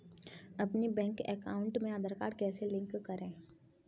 अपने bank account में Aadhaar card कैसे लिंक करें?